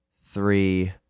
three